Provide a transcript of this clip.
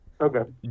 Okay